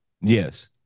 Yes